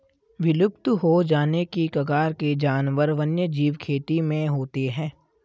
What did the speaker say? विलुप्त हो जाने की कगार के जानवर वन्यजीव खेती में होते हैं